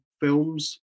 films